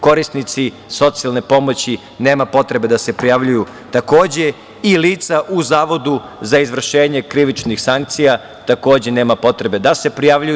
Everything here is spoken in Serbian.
Korisnici socijalne pomoći nema potrebe da se prijavljuju, takođe i lica u Zavodu za izvršenje krivičnih sankcija, takođe nema potrebe da se prijavljuju.